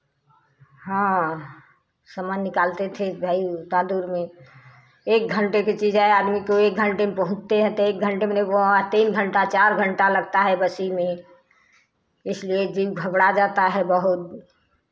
हाँ समय निकालते थे कि भाई उतना दूर में एक घंटे के चीज़ है आदमी को एक घंटे में पहुँचते हैं तो एक घंटे माने को वहाँ तीन घंटा चार घंटा लगता है बसी में इसलिए जी घबड़ा जाता है बहुत